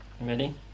Ready